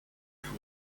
tours